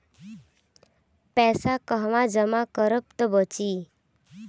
पैसा कहवा जमा करब त बची?